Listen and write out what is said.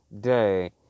day